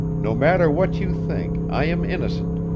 no matter what you think, i am innocent,